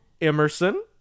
Emerson